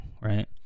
Right